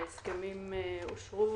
ההסכמים אושרו,